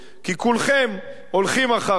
כי כולכם הולכים אחריו,